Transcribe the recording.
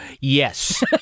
Yes